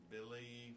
Billy